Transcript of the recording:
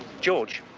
george.